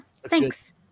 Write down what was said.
thanks